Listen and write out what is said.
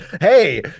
Hey